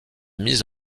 mise